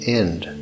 end